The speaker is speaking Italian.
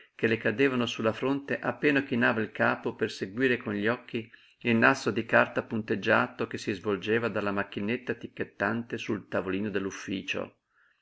che le cadevano su la fronte appena chinava il capo per seguire con gli occhi il nastro di carta punteggiato che si svolgeva dalla macchinetta ticchettante sul tavolino dell'ufficio